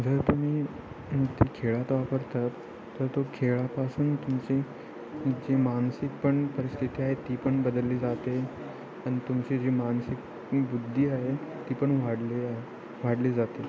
जर तुम्ही ते खेळात वापरतात तर तो खेळापासून तुमची जी मानसिक पण परिस्थिती आहे ती पण बदलली जाते आणि तुमची जी मानसिक बुद्धी आहे ती पण वाढली आहे वाढली जाते